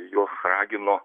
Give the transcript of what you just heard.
juos ragino